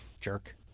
Jerk